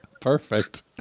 Perfect